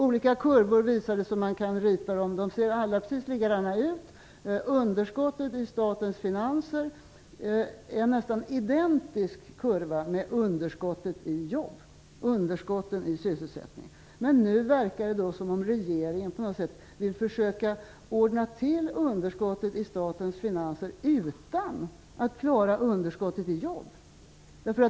Alla kurvor som man kan rita upp ser precis likadana ut. Kurvan över underskottet i statens finanser är nästan identisk med kurvan över underskottet i sysselsättning. Men det verkar nu som om regeringen på något sätt vill försöka ordna till underskottet i statens finanser utan att klara underskottet i jobb.